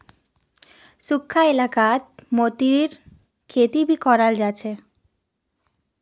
सुखखा इलाकात मतीरीर खेती भी कराल जा छे